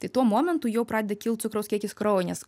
tai tuo momentu jau pradeda kilt cukraus kiekis kraujy nes